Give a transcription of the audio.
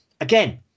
again